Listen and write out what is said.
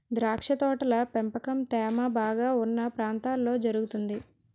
ద్రాక్ష తోటల పెంపకం తేమ బాగా ఉన్న ప్రాంతాల్లో జరుగుతుంది